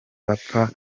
bapfa